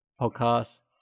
podcasts